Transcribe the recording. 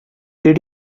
did